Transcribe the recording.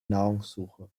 nahrungssuche